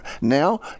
now